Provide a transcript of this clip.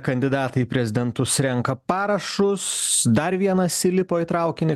kandidatai į prezidentus renka parašus dar vienas įlipo į traukinį